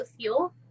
fuel